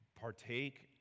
partake